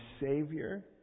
Savior